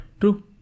True